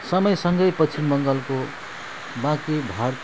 समयसँगै पश्चिम बङ्गालको भारत